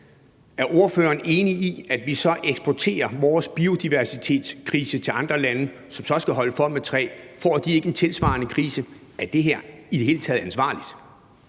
Er ordføreren enig i, at vi så eksporterer vores biodiversitetskrise til andre lande, som så skal holde for med levering af træ? Får de ikke en tilsvarende krise? Er det her i det hele taget ansvarligt?